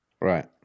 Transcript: Right